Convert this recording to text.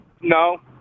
No